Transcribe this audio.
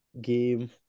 game